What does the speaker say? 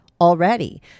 already